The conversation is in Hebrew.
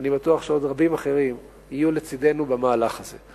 ואני בטוח שעוד רבים אחרים יהיו לצדנו במהלך הזה.